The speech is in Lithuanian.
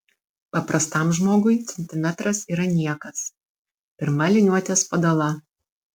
paprastam žmogui centimetras yra niekas pirma liniuotės padala